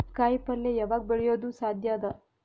ಕಾಯಿಪಲ್ಯ ಯಾವಗ್ ಬೆಳಿಯೋದು ಸಾಧ್ಯ ಅದ?